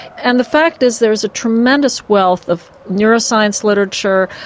and the fact is there's a tremendous wealth of neuroscience literature,